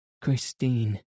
Christine